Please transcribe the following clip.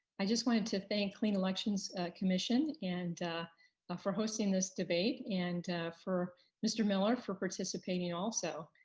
i just wanted to thank clean elections commission and for hosting this debate and for mr. miller for participating also.